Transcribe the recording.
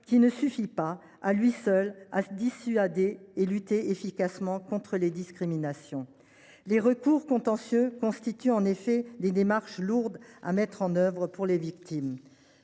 qui ne suffit pas, à lui seul, à dissuader et à lutter efficacement contre les discriminations. Les recours contentieux constituent, en effet, des démarches lourdes à mettre en œuvre pour les victimes.